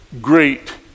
great